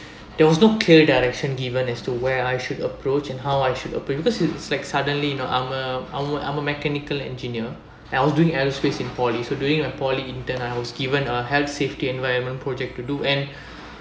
there was no clear direction given as to where I should approach and how I should approach because it's it's like suddenly you know I'm a I'm a mechanical engineer I was doing aerospace in poly so during my poly intern I was given a health safety environment project to do and